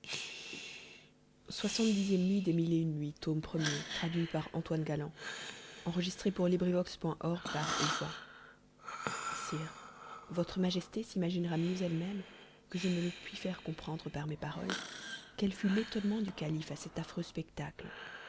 sire votre majesté s'imaginera mieux elle-même que je ne le puis faire comprendre par mes paroles quel fut l'étonnement du calife à cet affreux spectacle